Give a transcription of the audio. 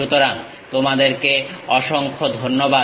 সুতরাং তোমাদেরকে অসংখ্য ধন্যবাদ